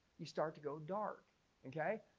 you start to go dark okay,